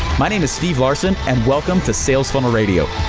my name is steve larsen and welcome to sales funnel radio.